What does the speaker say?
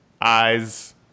eyes